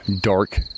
dark